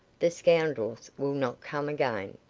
the scoundrels will not come again.